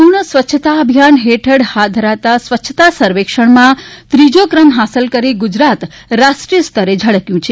સંપૂર્ણ સ્વચ્છતા અભિયાન હેઠળ હાથ ધરાતા સ્વચ્છતા સર્વેક્ષણમાં ત્રીજો ક્રમ હાંસલ કરી ગુજરાત રાષ્ટ્રીયસ્તરે ઝળક્યું છે